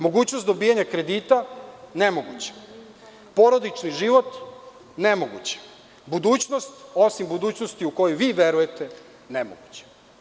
Mogućnost dobijanja kredita – nemoguće, porodični život – nemoguće, budućnost, osim budućnosti u koju vi verujete, nemoguće.